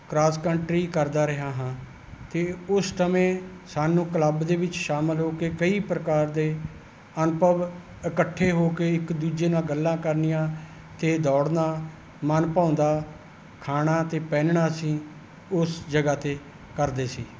cross country ਕਰਦਾ ਰਿਹਾ ਹਾਂ ਅਤੇ ਉਸ ਸਮੇਂ ਸਾਨੂੰ ਕਲੱਬ ਦੇ ਵਿੱਚ ਸ਼ਾਮਿਲ ਹੋ ਕੇ ਕਈ ਪ੍ਰਕਾਰ ਦੇ ਅਨੁਭਵ ਇਕੱਠੇ ਹੋ ਕੇ ਇੱਕ ਦੂਜੇ ਨਾਲ ਗੱਲਾਂ ਕਰਨੀਆਂ ਅਤੇ ਦੌੜਨਾ ਮਨ ਭਾਉਂਦਾ ਖਾਣਾ ਅਤੇ ਪਹਿਨਣਾ ਅਸੀਂ ਉਸ ਜਗ੍ਹਾ 'ਤੇ ਕਰਦੇ ਸੀ